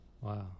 wow